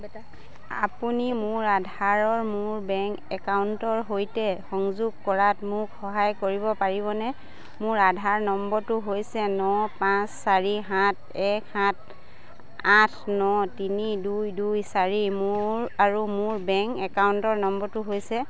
আপুনি মোৰ আধাৰ মোৰ বেংক একাউণ্টৰ সৈতে সংযোগ কৰাত মোক সহায় কৰিব পাৰিবনে মোৰ আধাৰ নম্বৰটো হৈছে ন পাঁচ চাৰি সাত এক সাত আঠ ন তিনি দুই দুই চাৰি মোৰ আৰু মোৰ বেংক একাউণ্ট নম্বৰটো হৈছে